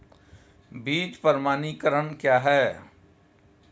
बीज प्रमाणीकरण क्या है?